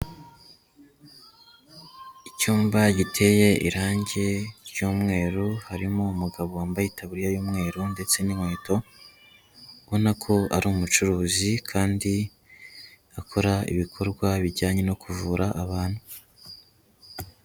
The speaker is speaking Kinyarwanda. Icyumba giteye irangi ry'umweru, harimo umugabo wambaye itaburiya y'umweru ndetse n'inkweto, ubona ko ari umucuruzi kandi akora ibikorwa bijyanye no kuvura abantu.